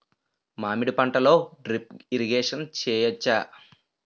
మామిడి పంటలో drip irrigation చేయచ్చా?